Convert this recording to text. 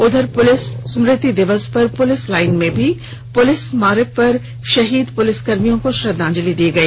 उधर पुलिस स्मृति दिवस पर पुलिस लाइन में भी पुलिस स्मारक पर शहीद पुलिसकर्मियों को श्रद्धांजलि दी गई